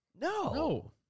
No